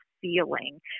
feeling